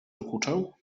dokuczał